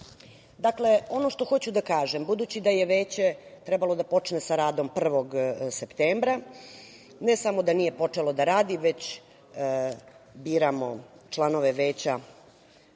itd. Ono što hoću da kažem budući da je Veće trebalo da počne sa radom 1. septembra. Ne samo da nije počelo da radi, već biramo članove Veća